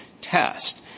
test